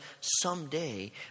someday